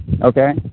Okay